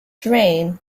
terrain